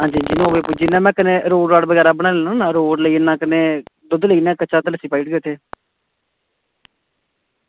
आं आं नौ बजे कन्नै पुज्जी लैना ते में कन्नै रोड़ बगैरा बनाई लैना ना रोज़ लेई जन्ना ते कन्नै दुद्ध लेई जन्ना कच्चा दलस्सी पाई दिन्ना